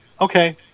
okay